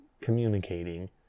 communicating